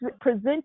present